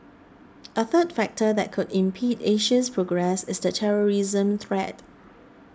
a third factor that could impede Asia's progress is the terrorism threat